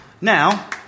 Now